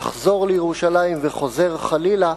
יחזור לירושלים וחוזר חלילה.